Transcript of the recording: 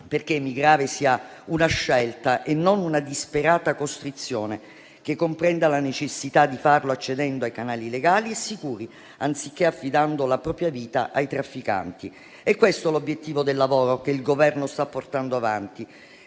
perché emigrare sia una scelta e non una disperata costrizione - comprenda la necessità di farlo accedendo ai canali legali e sicuri, anziché affidando la propria vita ai trafficanti. È questo l'obiettivo del lavoro che il Governo sta portando avanti